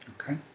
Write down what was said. okay